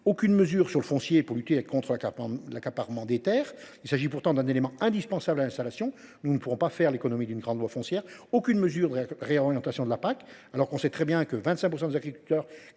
Aucune mesure sur le foncier pour lutter contre l’accaparement des terres. Il s’agit pourtant d’un élément indispensable à l’installation de nouvelles exploitations. Nous ne pourrons pas faire l’économie d’une grande loi foncière. Aucune mesure de réorientation de la PAC, alors que nous savons très bien que 25 % des agriculteurs